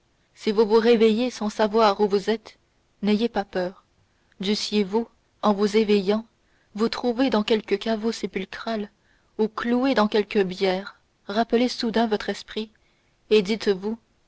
si vous vous réveillez sans savoir où vous êtes n'ayez pas peur dussiez-vous en vous éveillant vous trouver dans quelque caveau sépulcral ou clouée dans quelque bière rappelez soudain votre esprit et dites-vous